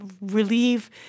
relieve